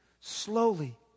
Slowly